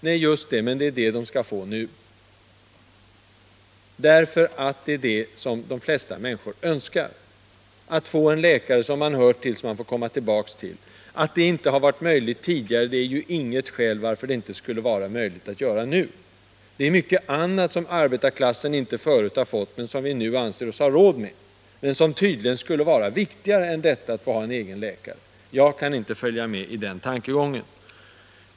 Nej, just det, men det skall den få nu, eftersom det är vad de flesta människor önskar — att ha en läkare som man hör till, som man får komma tillbaka till. Att det inte har varit möjligt att åstadkomma det tidigare är inget skäl till att det skulle vara omöjligt nu. Det är mycket annat som arbetarklassen inte förut har fått, men som vi nu anser oss ha råd med och tydligen anser är viktigare än detta att få ha en egen läkare. Jag kan inte följa med i den tankegången.